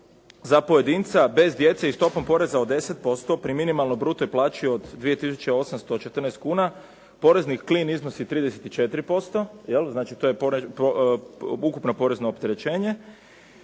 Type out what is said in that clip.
za pojedinca bez djece i stopom poreza od 10% pri minimalnoj bruto plaći od 2814 kuna, porezni klin iznosi 34%, to je ukupno porezno opterećenje,